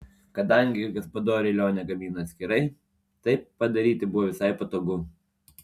kadangi gaspadoriui lionė gamino atskirai taip padaryti buvo visai patogu